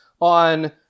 on